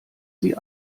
sie